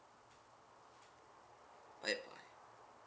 bye bye